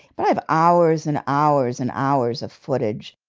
but i have hours and hours and hours of footage,